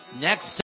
Next